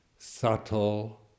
subtle